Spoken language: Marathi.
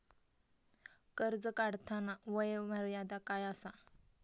कर्ज काढताना वय मर्यादा काय आसा?